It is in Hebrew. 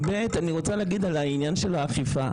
לעניין האכיפה